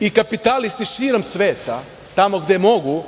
i kapitalisti širom sveta tamo gde mogu